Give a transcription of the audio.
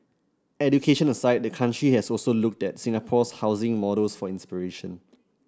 education aside the country has also looked that Singapore's housing models for inspiration